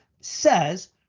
says